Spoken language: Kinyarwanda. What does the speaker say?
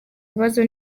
ikibazo